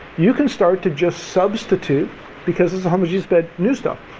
you can start to just substitute because this is a homogeneous bed new stuff.